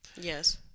Yes